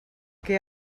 que